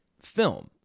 film